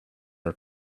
are